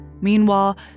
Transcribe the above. Meanwhile